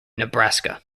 nebraska